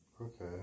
Okay